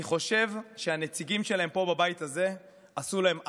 אני חושב שהנציגים שלהם פה בבית הזה עשו להם עוול.